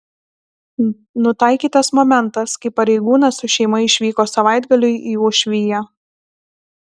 nutaikytas momentas kai pareigūnas su šeima išvyko savaitgaliui į uošviją